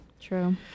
True